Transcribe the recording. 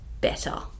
better